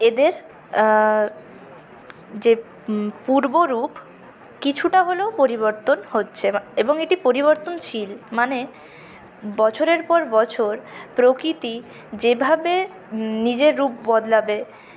এদের যে পূর্বরূপ কিছুটা হলেও পরিবর্তন হচ্ছে বা এবং এটি পরিবর্তনশীল মানে বছরের পর বছর প্রকৃতি যেভাবে নিজের রূপ বদলাবে